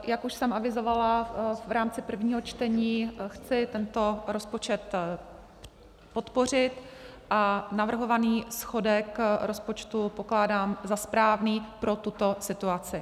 Jak už jsem avizovala v rámci prvního čtení, chci tento rozpočet podpořit a navrhovaný schodek rozpočtu pokládám za správný pro tuto situaci.